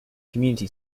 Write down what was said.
community